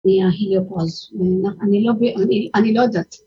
מה-‫Heliopause. אני לא, אני לא יודעת.